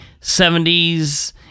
70s